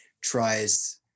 tries